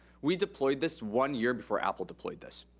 we deployed this one year before apple deployed this.